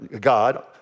God